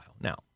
Now